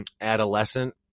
adolescent